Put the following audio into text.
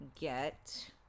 get